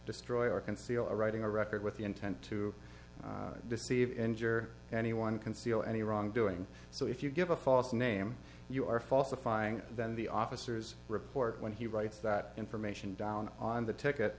destroy or conceal a writing a record with the intent to deceive injure anyone conceal any wrongdoing so if you give a false name you are falsifying then the officers report when he writes that information down on the ticket